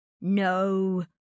No